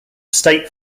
state